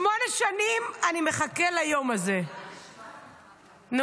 שמונה שנים אני מחכה ליום הזה, נו?